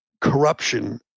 corruption